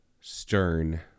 stern